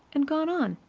and gone on.